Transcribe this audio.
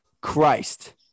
Christ